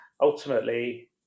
ultimately